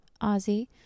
Ozzy